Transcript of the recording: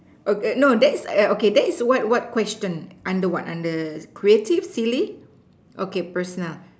okay nowadays okay that is what what question under what under creative silly okay personal